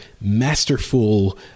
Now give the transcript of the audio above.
masterful